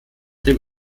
dem